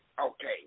Okay